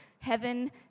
heaven